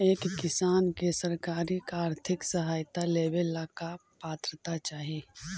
एक किसान के सरकारी आर्थिक सहायता लेवेला का पात्रता चाही?